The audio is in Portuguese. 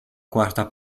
quarta